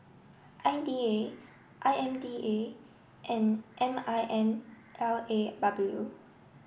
I D A I M D A and M I N L A W